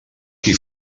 qui